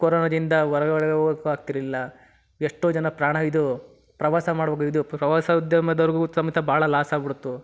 ಕೊರೋನಾದಿಂದ ಹೊರಗಡೆ ಹೋಗೋಕ್ಕೂ ಆಗ್ತಿರಲಿಲ್ಲ ಎಷ್ಟೋ ಜನ ಪ್ರಾಣ ಇದು ಪ್ರವಾಸ ಮಾಡ್ಬೇಕು ಇದು ಪ್ರವಾಸ ಉದ್ಯಮದವ್ರಿಗೂ ಸಮೇತ ಭಾಳ ಲಾಸ್ ಆಗ್ಬಿಡ್ತು